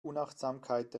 unachtsamkeit